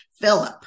Philip